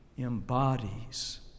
embodies